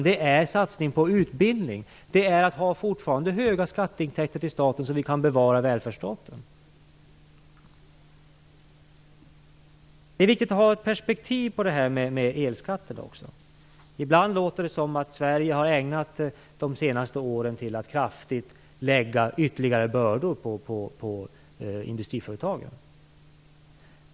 Det är en satsning på utbildning och fortsatt höga skatteintäkter till staten som kan bevara välfärdsstaten. Det är viktigt att ha ett perspektiv på frågan om elskatter. Ibland låter det som om Sverige har ägnat de senaste åren åt att kraftigt lägga ytterligare bördor på industriföretagen.